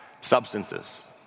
substances